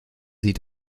sie